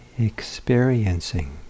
Experiencing